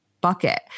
bucket